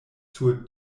sur